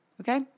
okay